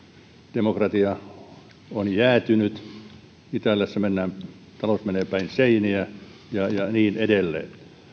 demokratia on jäätynyt italiassa talous menee päin seiniä ja ja niin edelleen